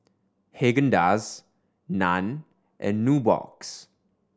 Haagen Dazs Nan and Nubox